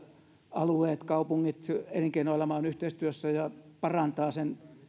alueet kaupungit elinkeinoelämä ovat yhteistyössä ja parantavat